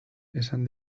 esan